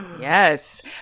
Yes